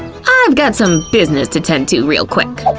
i've got some business to tend to real quick.